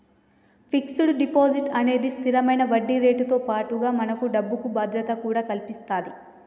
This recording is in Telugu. ఫిక్స్డ్ డిపాజిట్ అనేది స్తిరమైన వడ్డీరేటుతో పాటుగా మన డబ్బుకి భద్రతను కూడా కల్పిత్తది